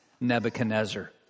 Nebuchadnezzar